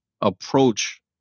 approach